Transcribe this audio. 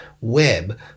web